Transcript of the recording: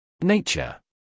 Nature